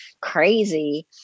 crazy